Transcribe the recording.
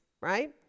right